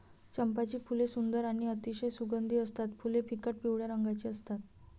चंपाची फुले सुंदर आणि अतिशय सुगंधी असतात फुले फिकट पिवळ्या रंगाची असतात